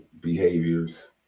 behaviors